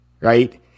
right